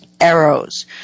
arrows